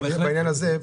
בעניין הזה,